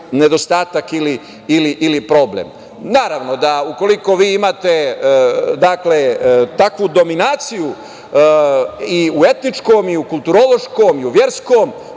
nedostatak ili problem. Naravno da ukoliko vi imate takvu dominaciju, i u etničkom, i u kulturološkom i u verskom,